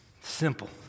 Simple